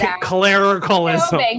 clericalism